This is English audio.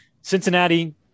Cincinnati